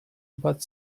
but